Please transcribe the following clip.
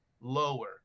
lower